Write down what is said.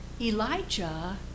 Elijah